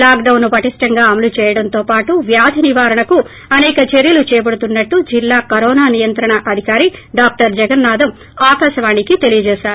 lock DOS ను పటిష్ణంగా అమలు చేయడంతో పాటు వ్యాధి నివారణకు అసేక చర్యలు చేపడుతున్నట్టు జిల్లా కరోనా నియంత్రణ అధికారి డాక్టర్ జగన్నాధమ్ ఆకాశవాణికి తెలియజేశారు